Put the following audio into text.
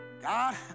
God